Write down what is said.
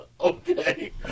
Okay